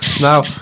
Now